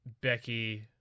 Becky